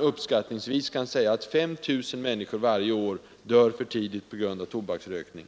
uppskattningsvis dör ca 5 000 människor varje år för tidigt på grund av tobaksrökning.